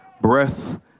breath